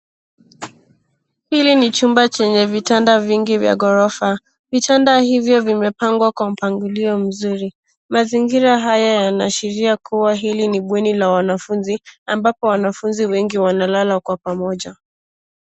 Hili ni chumba chenye vitanda vingi kwa ghorofa. Vitanda hivyo vimepangwa kwa mpangilio mzuri. Mazingira haya yanaashiria kuwa hili ni bweni la wanafunzi ambapo wanafunzi wengi wanalala kwa pamoja.